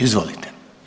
Izvolite.